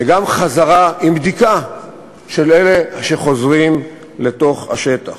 וגם חזרה עם בדיקה של אלה שחוזרים לתוך השטח.